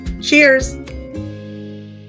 Cheers